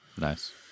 nice